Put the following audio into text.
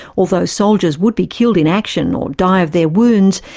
although soldiers would be killed in action or die of their wounds,